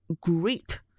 great